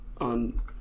on